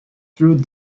through